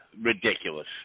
ridiculous